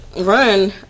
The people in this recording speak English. run